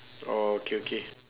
oh okay okay